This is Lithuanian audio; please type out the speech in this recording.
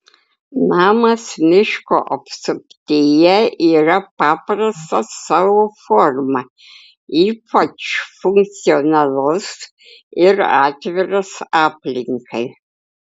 namas miško apsuptyje yra paprastas savo forma ypač funkcionalus ir atviras aplinkai